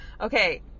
Okay